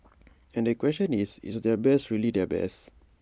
and the question is is their best really their best